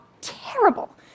terrible